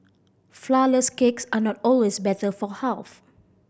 flourless cakes are not always better for health